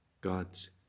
God's